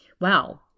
wow